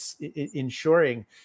ensuring